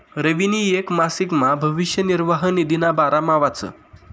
रवीनी येक मासिकमा भविष्य निर्वाह निधीना बारामा वाचं